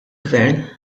gvern